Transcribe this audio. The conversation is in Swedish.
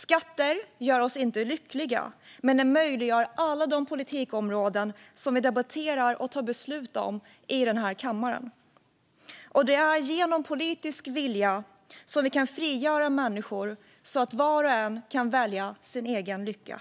Skatter gör oss inte lyckliga, men de möjliggör alla de politikområden som vi debatterar och tar beslut om i den här kammaren. Det är genom politisk vilja som vi kan frigöra människor så att var och en kan välja sin egen lycka,